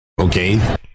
Okay